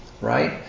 right